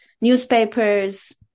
newspapers